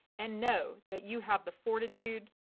and know that you have the fortitude,